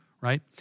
right